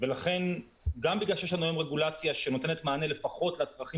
ולכן גם בגלל שיש לנו היום רגולציה שנותנת מענה לפחות לצרכים